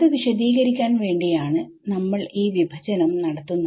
അത് വിശദീകരിക്കാൻ വേണ്ടിയാണ് നമ്മൾ ഈ വിഭജനം നടത്തുന്നത്